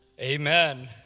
Amen